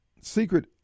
secret